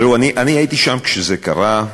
ראו, הייתי שם כשזה קרה,